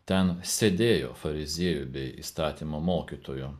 ten sėdėjo fariziejų bei įstatymo mokytojų